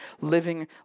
living